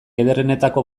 ederrenetako